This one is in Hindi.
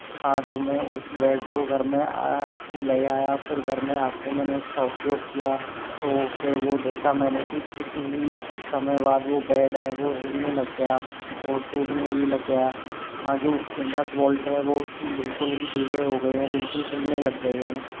हाँ तो मैं उस बैड को घर में ले आया फिर घर में आके मैंने उसका उपयोग किया तो फिर वो देखा मैंने कि कुछ ही समय बाद वो बैड है वो हिलने लग गया ओर टूटने भी लग गया हाँ जो उस के नट बौल्ट हैं वो बिलकुल ही ढ़ीले हो गए हैं बिल्कुल हिलने लग गए हैं